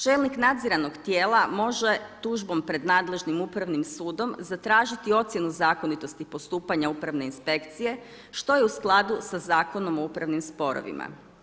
Čelnik nadziranog tijela može tužbom pred nadležnim Upravnim sudom zatražiti ocjenu zakonitosti i postupanja Upravne inspekcije što je u skladu sa Zakonom o upravnim sporovima.